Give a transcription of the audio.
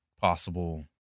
possible